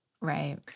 Right